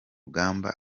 rugamba